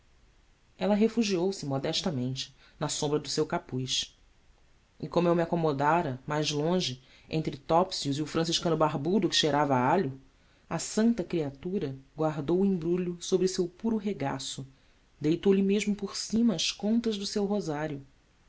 maria ela refugiou-se modestamente na sombra do seu capuz e como eu me acomodara mais longe entre topsius e o franciscano barbudo que cheirava a alho a santa criatura guardou o embrulho sobre o seu puro regaço deitou-lhe mesmo por cima as contas do seu rosário